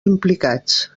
implicats